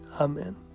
Amen